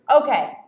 okay